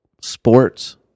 sports